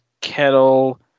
Kettle